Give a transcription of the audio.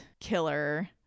killer